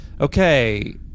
Okay